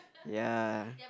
ya